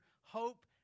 hope